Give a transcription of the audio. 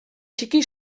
txiki